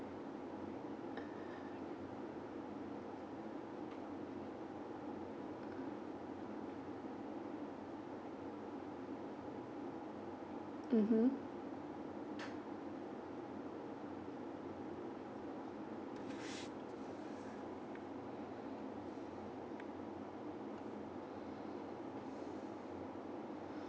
mmhmm